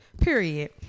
period